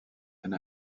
and